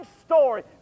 story